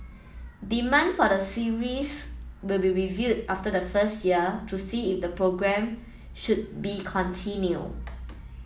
demand for the series will be reviewed after the first year to see if the programme should be continue